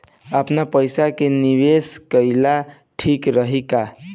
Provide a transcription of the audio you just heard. आपनपईसा के निवेस कईल ठीक रही का?